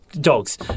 dogs